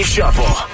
Shuffle